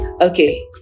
Okay